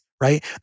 right